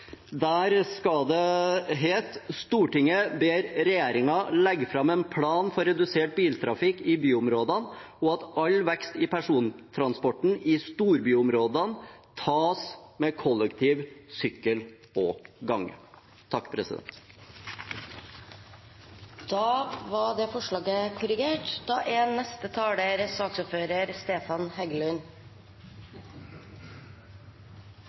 Der skal det hete: «Stortinget ber regjeringen legge fram en plan for redusert biltrafikk i byområdene og at all vekst i persontransporten i storbyområdene tas med kollektiv, sykkel og gange.» Da er det forslaget korrigert.